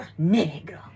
negro